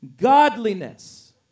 godliness